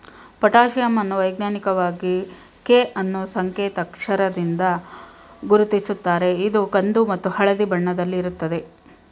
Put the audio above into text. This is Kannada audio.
ಪೊಟಾಶಿಯಮ್ ಅನ್ನು ವೈಜ್ಞಾನಿಕವಾಗಿ ಕೆ ಅನ್ನೂ ಸಂಕೇತ್ ಅಕ್ಷರದಿಂದ ಗುರುತಿಸುತ್ತಾರೆ ಇದು ಕಂದು ಮತ್ತು ಹಳದಿ ಬಣ್ಣದಲ್ಲಿರುತ್ತದೆ